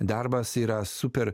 darbas yra super